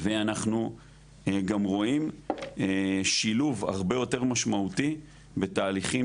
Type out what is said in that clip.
ואנחנו גם רואים שילוב הרבה יותר משמעותי בתהליכים